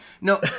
no